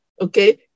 okay